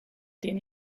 den